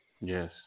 Yes